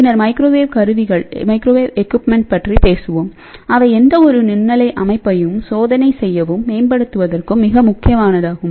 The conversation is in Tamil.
பின்னர் மைக்ரோவேவ் கருவிகளைப் பற்றி பேசுவோம் அவை எந்தவொரு நுண்ணலை அமைப்பையும் சோதனை செய்யவும் மேம்படுத்துவதற்கும் மிக முக்கியமானதாகும்